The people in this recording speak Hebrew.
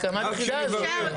על הקמת היחידה הזאת.